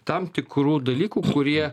tam tikrų dalykų kurie